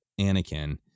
anakin